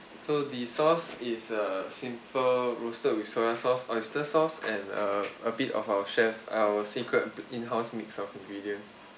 so the sauce is a simple roasted with soy sauce oyster sauce and a a bit of our chef our secret in-house mix of ingredients